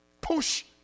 Push